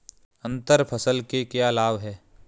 अंतर फसल के क्या लाभ हैं?